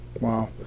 Wow